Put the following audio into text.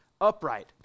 upright